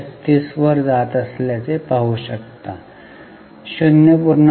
36 वर जात असल्याचे पाहू शकता 0